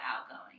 outgoing